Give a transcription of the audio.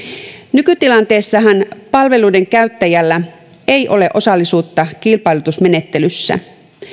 nykytilanteessahan palveluiden käyttäjällä ei ole osallisuutta kilpailutusmenettelyssä